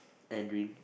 and drink